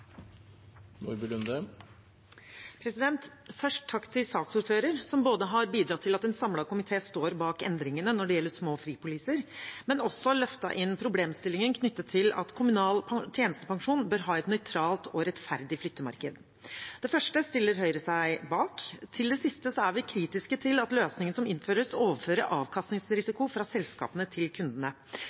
til saksordføreren, som både har bidratt til at en samlet komité står bak endringene når det gjelder små fripoliser, og også løftet inn problemstillingen knyttet til at kommunal tjenestepensjon bør ha et nøytralt og rettferdig flyttemarked. Det første stiller Høyre seg bak. Til det siste er vi kritiske til at løsningen som innføres, overfører avkastningsrisiko fra selskapene til kundene.